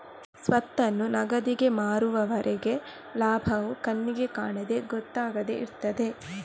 ಸ್ವತ್ತನ್ನು ನಗದಿಗೆ ಮಾರುವವರೆಗೆ ಲಾಭವು ಕಣ್ಣಿಗೆ ಕಾಣದೆ ಗೊತ್ತಾಗದೆ ಇರ್ತದೆ